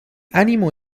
ánimo